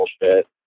bullshit